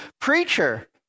preacher